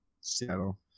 Seattle